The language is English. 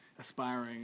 aspiring